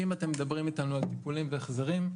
'אם אתם מדברים איתנו על טיפולים והחזרים,